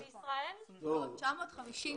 סליחה,